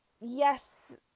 yes